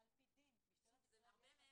ביקשתם לנסח את 7(2). --- אני מציעה שאת